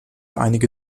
einige